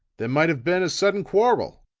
there might have been a sudden quarrel.